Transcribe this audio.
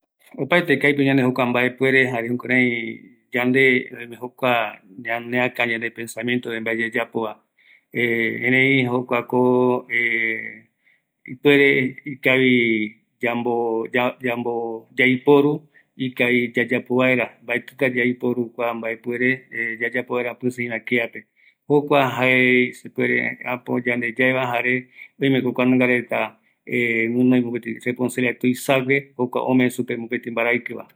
﻿Opaeteko aipo ñanoi jokua mbaepuere jare jukurai yande, oime jokua ñaneaka yande pensamientope mbae yayapova, erei erei erei jokuako, erei ikavi yambo, yaiporu, ikaviva yayapo vaera, yaiporu, mbaetita yaiporu kua mbaepuere yayapo vaera pisiiva kiape, jokua jae sepuere, äpo yande yaeva, jare oimeko jukuanunga reta guinoi mopeti responsabilidad tuisague, jokua ome supe mopeti mbaraikiva